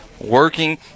working